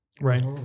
right